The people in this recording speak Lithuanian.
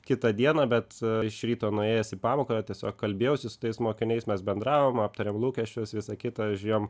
kitą dieną bet iš ryto nuėjęs į pamoką tiesiog kalbėjausi su tais mokiniais mes bendravom aptarėm lūkesčius visą kitą žiūrėjom